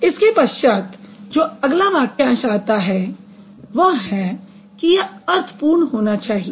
इसके पश्चात जो अगला वाक्यांश आता है वह है कि यह अर्थपूर्ण होना चाहिए